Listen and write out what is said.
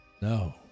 No